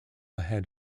ahead